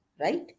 right